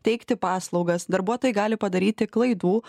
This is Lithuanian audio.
teikti paslaugas darbuotojai gali padaryti klaidų